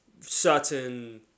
certain